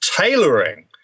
tailoring